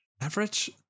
Average